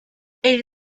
elle